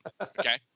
Okay